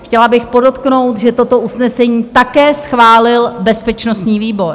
Chtěla bych podotknout, že toto usnesení také schválil bezpečnostní výbor.